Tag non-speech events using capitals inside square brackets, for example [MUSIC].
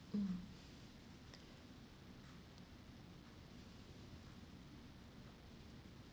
mm [BREATH]